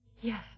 Yes